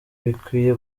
bikwiye